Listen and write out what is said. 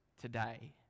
today